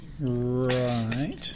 Right